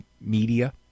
media